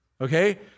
Okay